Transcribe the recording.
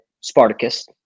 Spartacus